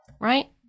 Right